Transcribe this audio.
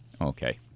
Okay